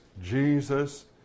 Jesus